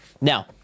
now